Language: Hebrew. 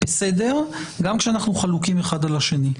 גם כשאנחנו חלוקים אחד על השני.